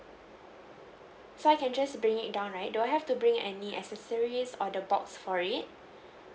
so I can just bring it down right do I have to bring any accessories or the box for it